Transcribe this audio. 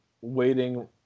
waiting